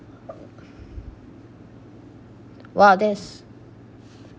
!wow! this